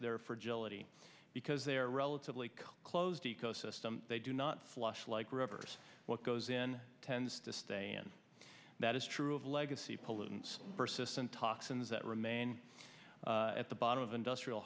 fragility because they are relatively closed ecosystem they do not flush like rivers what goes in tends to stay and that is true of legacy pollutants persistent toxins that remain at the bottom of industrial